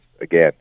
Again